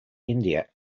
india